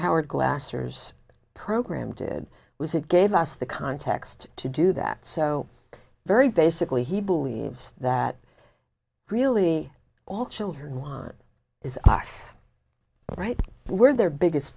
glasser program did was it gave us the context to do that so very basically he believes that really all children want is right where their biggest